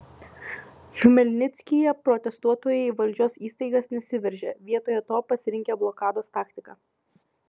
chmelnickyje protestuotojai į valdžios įstaigas nesiveržė vietoje to pasirinkę blokados taktiką